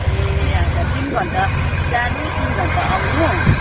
ए हजुर तिन घन्टा जानु तिन घन्टा आउनु